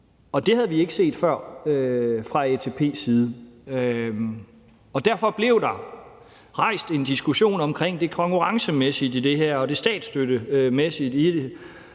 Det havde vi ikke set før fra ATP's side. Derfor blev der rejst en diskussion omkring det konkurrencemæssige i det her og det statsstøttemæssige i det.